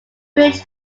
bridge